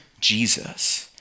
Jesus